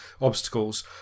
obstacles